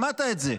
שמעת את זה.